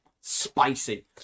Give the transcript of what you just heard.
spicy